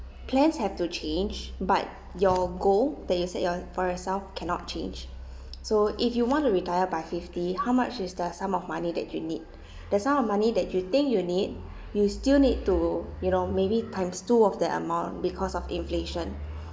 plans have to change but your goal that you said your for yourself cannot change so if you want to retire by fifty how much is the sum of money that you need the sum of money that you think you need you still need to you know maybe times two of that amount because of inflation